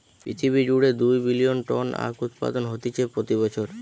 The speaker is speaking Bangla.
পৃথিবী জুড়ে দুই বিলিয়ন টন আখউৎপাদন হতিছে প্রতি বছর